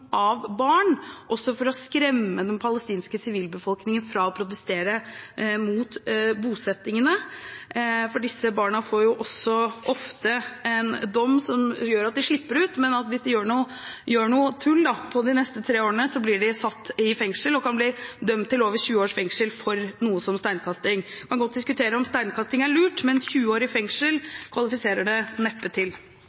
av barn, også for å skremme den palestinske sivilbefolkningen fra å protestere mot bosettingene. Disse barna får også ofte en dom som gjør at de slipper ut, men hvis de gjør noe tull de neste tre årene, blir de satt i fengsel og kan bli dømt til over 20 års fengsel for f.eks. steinkasting. Vi kan godt diskutere om steinkasting er lurt, men 20 år i fengsel kvalifiserer det neppe til.